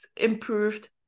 improved